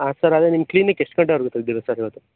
ಹಾಂ ಸರ್ ಅದು ನಿಮ್ಮ ಕ್ಲಿನಿಕ್ ಎಷ್ಟು ಗಂಟೆವರೆಗೂ ತೆಗ್ದಿರುತ್ತೆ ಸರ್ ಇವತ್ತು